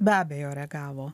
be abejo reagavo